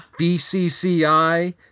bcci